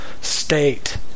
state